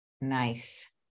Nice